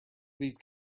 please